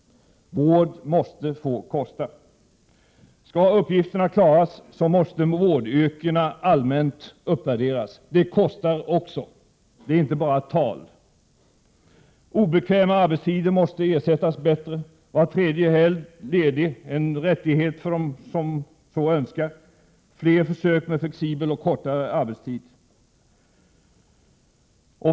Vård måste få kosta. Skall uppgifterna klaras måste vårdyrkena allmänt uppvärderas. Det kostar också. Det är inte bara tal. Obekväma arbetstider måste ersättas bättre. Var tredje helg ledig bör vara en rättighet för dem som så önskar. Fler försök med flexibel och kortare arbetstid bör göras.